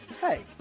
Hey